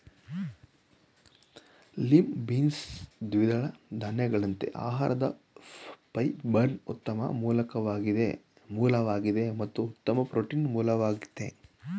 lima beans ದ್ವಿದಳ ಧಾನ್ಯಗಳಂತೆ ಆಹಾರದ ಫೈಬರ್ನ ಉತ್ತಮ ಮೂಲವಾಗಿದೆ ಮತ್ತು ಉತ್ತಮ ಪ್ರೋಟೀನ್ ಮೂಲವಾಗಯ್ತೆ